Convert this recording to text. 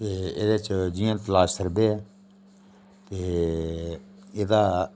ते एह्दे च जियां क्लास सर्वे ऐ ते एह्दा